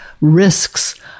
risks